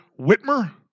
Whitmer